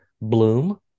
Bloom